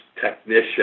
technician